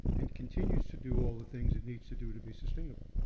and continues to do all the things it needs to do to be sustainable.